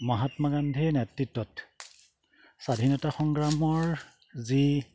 মহাত্মা গান্ধীয়ে নেতৃত্বত স্বাধীনতা সংগ্ৰামৰ যি